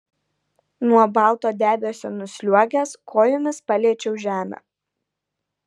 nuo balto debesio nusliuogęs kojomis paliečiau žemę